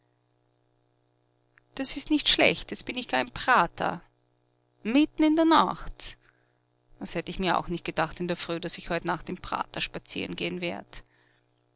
das ist nicht schlecht jetzt bin ich gar im prater mitten in der nacht das hätt ich mir auch nicht gedacht in der früh daß ich heut nacht im prater spazieren geh'n werd